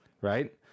right